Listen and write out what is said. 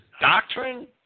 doctrine